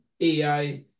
AI